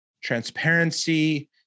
transparency